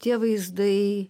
tie vaizdai